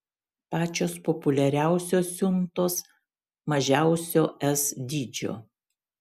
pačios populiariausios siuntos mažiausio s dydžio